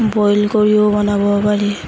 boil কৰিও বনাব পাৰি